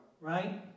Right